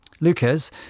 Lucas